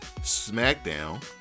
Smackdown